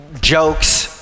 jokes